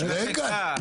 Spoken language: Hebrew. רגע.